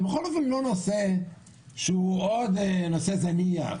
כי זה בכל אופן לא נושא שהוא איזה נושא זניח,